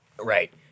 Right